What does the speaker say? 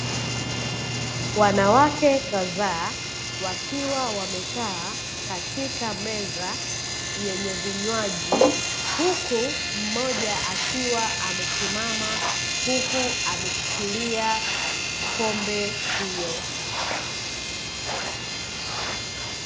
Wanawake kadhaa wakiwa wamekaa katika meza yenye vinywaji, huku mmoja akiwa amesimama huku ameshikilia pombe hiyo.